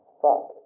fuck